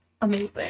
Amazing